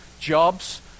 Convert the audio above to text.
jobs